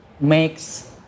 makes